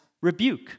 rebuke